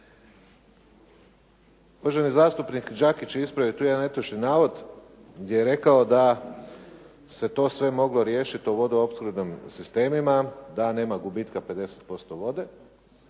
Državni zastupnik Đakić je ispravio tu jedan netočni navod gdje je rekao da se to sve moglo riješiti o vodoopskrbnom sistemima, da nema gubitka 50% vode.